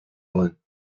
wollen